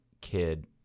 kid